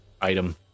item